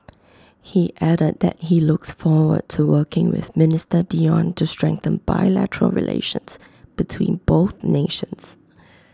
he added that he looks forward to working with minister Dion to strengthen bilateral relations between both nations